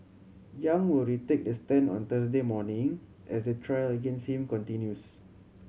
Yang will retake the stand on Thursday morning as the trial against him continues